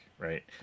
Right